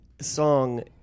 song